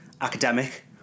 academic